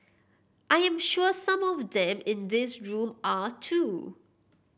I am sure some of them in this room are too